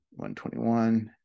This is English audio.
121